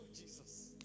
Jesus